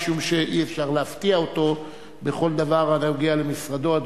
משום שאי-אפשר להפתיע אותו בכל דבר הנוגע למשרדו.